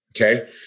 Okay